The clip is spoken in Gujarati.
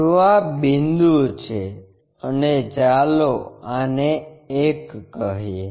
તો આ બિંદુ છે અને ચાલો આને 1 કહીએ